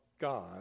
God